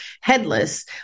headless